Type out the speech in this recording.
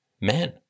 men